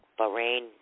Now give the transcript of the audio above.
Bahrain